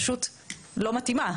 אז היא פשוט לא מתאימה.